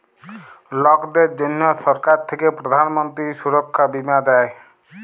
লকদের জনহ সরকার থাক্যে প্রধান মন্ত্রী সুরক্ষা বীমা দেয়